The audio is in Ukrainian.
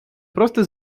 просто